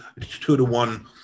two-to-one